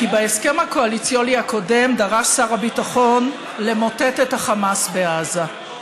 כי בהסכם הקואליציוני הקודם דרש שר הביטחון למוטט את החמאס בעזה,